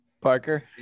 Parker